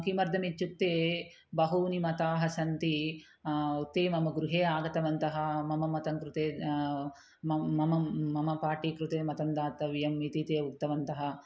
किमर्थम् इत्युक्ते बहुनि मताः सन्ति उत मम गृहे आगतवन्तः मम मतं कृते मम मम मम पाटीकृते मतं दातव्यम् इति ते उक्तवन्तः